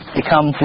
become